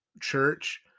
Church